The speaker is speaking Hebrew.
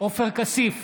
עופר כסיף,